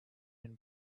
and